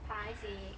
paiseh